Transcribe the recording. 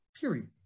period